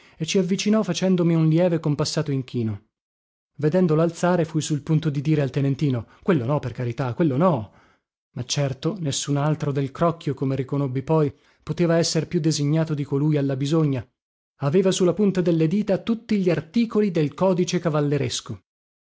e ci savvicinò facendomi un lieve compassato inchino vedendolo alzare fui sul punto di dire al tenentino quello no per carità quello no ma certo nessun altro del crocchio come riconobbi poi poteva esser più designato di colui alla bisogna aveva su la punta delle dita tutti gli articoli del codice cavalleresco